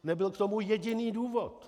Nebyl k tomu jediný důvod.